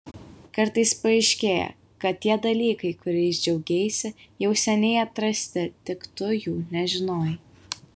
kartais paaiškėja kad tie dalykai kuriais džiaugeisi jau seniai atrasti tik tu jų nežinojai